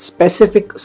Specific